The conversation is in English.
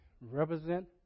Represent